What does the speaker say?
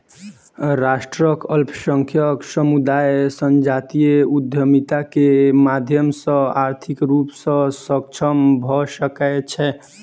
राष्ट्रक अल्पसंख्यक समुदाय संजातीय उद्यमिता के माध्यम सॅ आर्थिक रूप सॅ सक्षम भ सकै छै